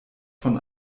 von